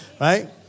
right